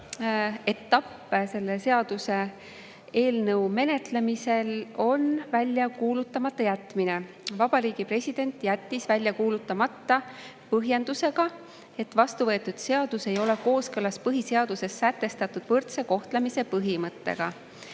etapp selle seaduseelnõu menetlemisel on välja kuulutamata jätmine. Vabariigi President jättis selle välja kuulutamata põhjendusega, et vastuvõetud seadus ei ole kooskõlas põhiseaduses sätestatud võrdse kohtlemise põhimõttega.